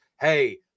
hey